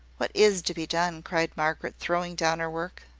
what is to be done? cried margaret, throwing down her work.